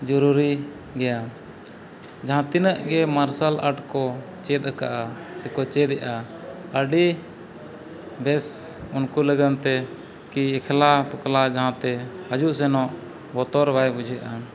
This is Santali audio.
ᱡᱩᱨᱩᱨᱤ ᱜᱮᱭᱟ ᱡᱟᱦᱟᱸ ᱛᱤᱱᱟᱹᱜ ᱜᱮ ᱢᱟᱨᱥᱟᱞ ᱟᱴ ᱠᱚ ᱪᱮᱫ ᱟᱠᱟᱫᱼᱟ ᱥᱮᱠᱚ ᱪᱮᱫᱮᱜᱼᱟ ᱟᱹᱰᱤ ᱵᱮᱥ ᱩᱱᱠᱩ ᱞᱟᱹᱜᱤᱫᱛᱮ ᱠᱤ ᱮᱠᱞᱟ ᱯᱟᱠᱞᱟ ᱡᱟᱦᱟᱸ ᱛᱮ ᱦᱤᱡᱩᱜ ᱥᱮᱱᱚᱜ ᱵᱚᱛᱚᱨ ᱵᱟᱭ ᱵᱩᱡᱷᱟᱹᱜᱼᱟ